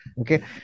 Okay